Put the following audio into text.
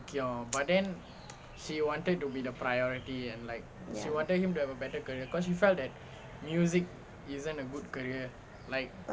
ya